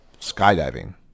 skydiving